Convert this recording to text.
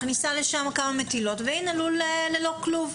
מכניסה לתוכו כמה מטילות והנה לול ללא כלוב.